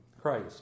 Christ